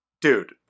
Dude